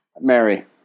mary